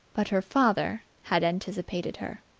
but her father had anticipated her.